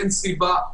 אין סיבה.